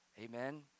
Amen